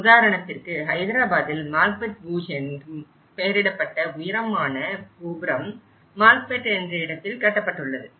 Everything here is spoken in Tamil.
உதாரணத்திற்கு ஹைதராபாதில் மால்க்பெட் பூஜ் என்ற பெயரிடப்பட்ட உயரமான கோபுரம் மால்க்பெட் என்ற இடத்தில் கட்டப்பட்டுள்ளது